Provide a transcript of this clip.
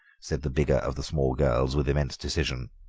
said the bigger of the small girls, with immense decision.